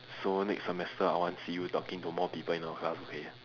so next semester I want see you talking to more people in our class okay